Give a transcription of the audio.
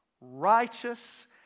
righteous